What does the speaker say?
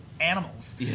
animals